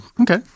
okay